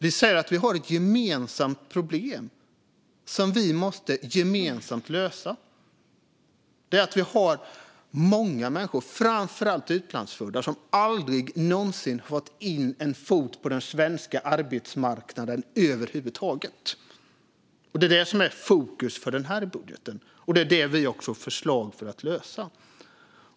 Vi säger att vi har ett gemensamt problem som vi gemensamt måste lösa. Det är att vi har många människor, framför allt utlandsfödda, som aldrig någonsin har fått in en fot på den svenska arbetsmarknaden över huvud taget. Det är det som är fokus för den här budgeten, och det är det som vi har förslag för att lösa.